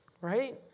Right